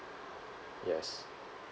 yes